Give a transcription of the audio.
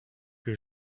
que